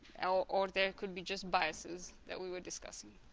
now or there could be just biases that we were discussing.